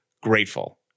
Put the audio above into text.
grateful